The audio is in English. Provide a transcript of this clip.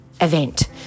event